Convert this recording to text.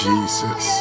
Jesus